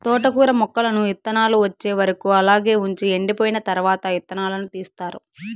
తోటకూర మొక్కలను ఇత్తానాలు వచ్చే వరకు అలాగే వుంచి ఎండిపోయిన తరవాత ఇత్తనాలను తీస్తారు